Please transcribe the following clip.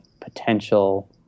potential –